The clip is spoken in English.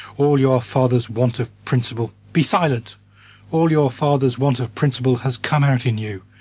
all your father's want of principle be silent all your father's want of principle has come out in you.